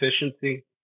efficiency